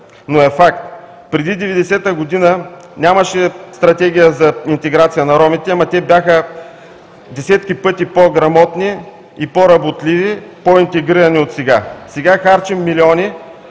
но е факт. Преди 1990 година нямаше Стратегия за интеграция на ромите, но те бяха десетки пъти по-грамотни и по-работливи, по-интегрирани от сега. Сега харчим милиони